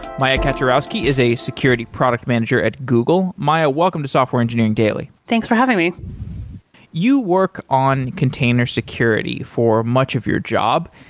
maya kaczorowski is a security product manager at google. maya, welcome to software engineering daily thanks for having me you work on container security for much of your job.